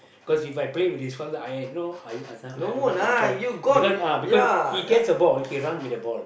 cause If I play with this fella I I know I will not enjoy because uh because he gets the ball okay run with the ball